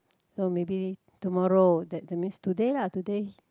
so maybe tomorrow that that means today lah today